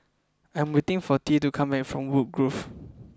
I am waiting for Tea to come back from Woodgrove